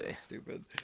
stupid